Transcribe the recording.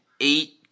eight